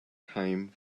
time